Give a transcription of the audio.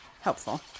helpful